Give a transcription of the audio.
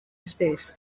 space